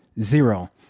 Zero